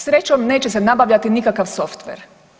Srećom, neće se nabavljati nikakav softver.